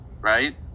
right